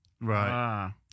Right